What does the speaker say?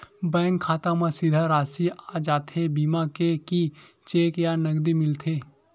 Bank खाता मा सीधा राशि आ जाथे बीमा के कि चेक या नकदी मिलथे?